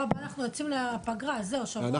שבוע הבא אנחנו יוצאים לפגרה, זהו, שבוע אחרון.